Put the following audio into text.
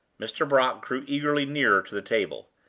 mr. brock drew eagerly nearer to the table.